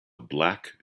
black